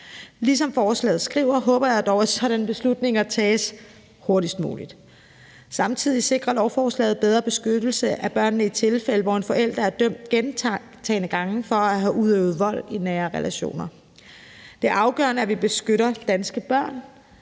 i forslaget, og det håber jeg også sker, skal sådanne beslutninger tages hurtigst muligt. Samtidig sikrer lovforslaget bedre beskyttelse af børnene i tilfælde, hvor en forælder er dømt gentagne gange for at have udøvet vold i nære relationer. Det er afgørende, at vi beskytter danske børn.